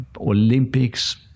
Olympics